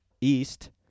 East